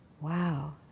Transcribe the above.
wow